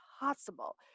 possible